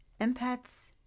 Empaths